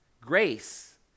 Grace